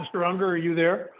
the stronger you there